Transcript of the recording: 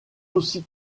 aussi